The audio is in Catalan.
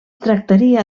tractaria